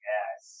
Yes